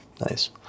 Nice